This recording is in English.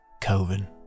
Coven